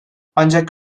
ancak